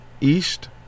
East